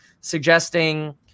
suggesting